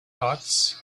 thoughts